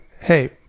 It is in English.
hey